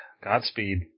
Godspeed